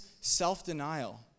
self-denial